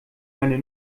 meine